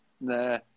nah